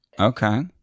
Okay